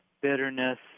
bitterness